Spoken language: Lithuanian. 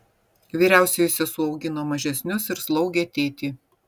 vyriausioji sesuo augino mažesnius ir slaugė tėtį